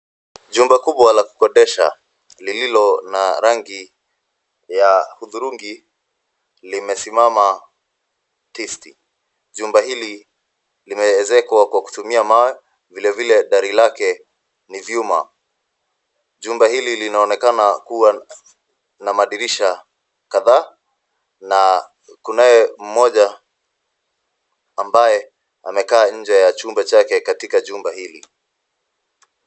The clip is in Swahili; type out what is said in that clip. Jumba kubwa la kukodesha lililo na rangi ya hudhurungi limesimama tisti. Jumba hili limeezekwa kwa kutumia mawe vile vile dari lake ni vyuma. Jumba hili linaonekana kuwa na madirisha kadhaa na kunaye mmoja amekaa nje ya chumba chake katika jumba hili.